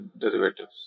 derivatives